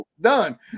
Done